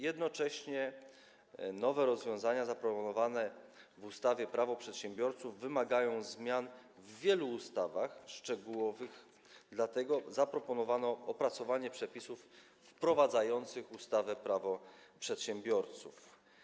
Jednocześnie nowe rozwiązania zaproponowane w ustawie Prawo przedsiębiorców wymagają zmian w wielu ustawach szczegółowych, dlatego zaproponowano opracowanie Przepisów wprowadzających ustawę Prawo przedsiębiorców.